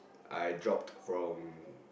I dropped from